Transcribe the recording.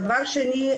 דבר שני,